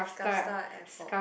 Kasta airport